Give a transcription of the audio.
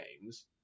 games